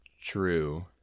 true